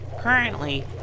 Currently